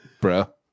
bro